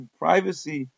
privacy